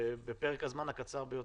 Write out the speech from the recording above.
בפרק הזמן הקצר ביותר.